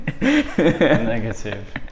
negative